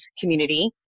community